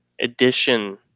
edition